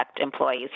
employees